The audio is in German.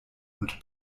und